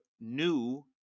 new